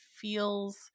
feels